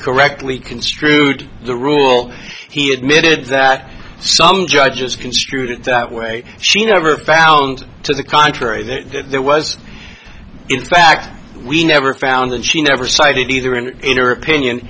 correctly construed the rule he admitted that some judges construed it that way she never found to the contrary that there was in fact we never found and she never cited either an inner opinion